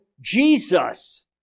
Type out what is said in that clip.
Jesus